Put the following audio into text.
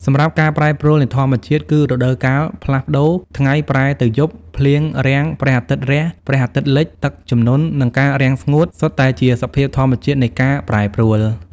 សម្រាប់ ការប្រែប្រួលនៃធម្មជាតិ គឺរដូវកាលផ្លាស់ប្ដូរ ថ្ងៃប្រែទៅយប់ ភ្លៀងរាំង ព្រះអាទិត្យរះ ព្រះអាទិត្យលិច ទឹកជំនន់ និងការរាំងស្ងួត សុទ្ធតែជាសភាពធម្មជាតិនៃការប្រែប្រួល។